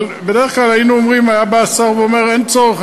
אבל בדרך כלל היה בא השר ואומר: אין צורך,